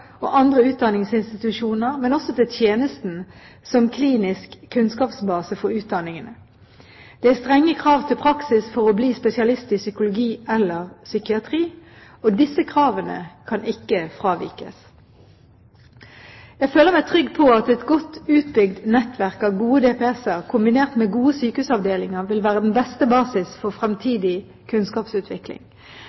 og andre utdanningsinstitusjoner, men også til tjenesten som klinisk kunnskapsbase for utdanningene. Det er strenge krav til praksis for å bli spesialist i psykologi eller psykiatri, og disse kravene kan ikke fravikes. Jeg føler meg trygg på at et godt utbygd nettverk av gode DPS-er, kombinert med gode sykehusavdelinger, vil være den beste basis for